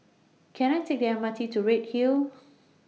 Can I Take The M R T to Redhill